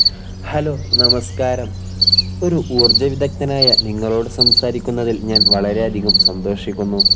hello നമസ്കാരം ഒരു ഊർജ്ജ വിദഗ്ദനായ നിങ്ങളോട് സംസാരിക്കുന്നതിൽ ഞാൻ വളരെയധികം സന്തോഷിക്കുന്നു